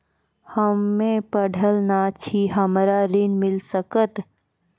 हम्मे पढ़ल न छी हमरा ऋण मिल सकत?